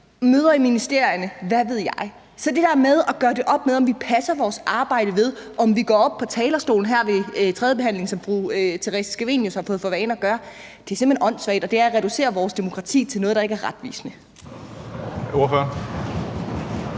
møder i ministerier, og hvad ved jeg. Så det der med at gøre det op, som om vi kun passer vores arbejde ved at gå op på talerstolen her ved tredjebehandlingen, som fru Theresa Scavenius har fået for vane at gøre, er simpelt hen åndssvagt, og det er at reducere vores demokrati til noget, der ikke er retvisende. Kl.